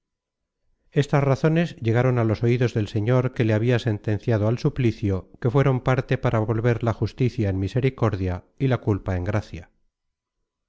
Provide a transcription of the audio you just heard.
estas razones llegaron a los oidos del señor que le habia sentenciado al suplicio que fueron parte para volver la justicia en misericordia y la culpa en gracia